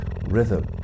rhythm